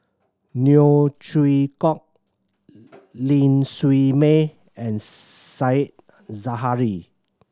Neo Chwee Kok Ling Siew May and Said Zahari